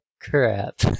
crap